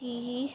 ਕਿ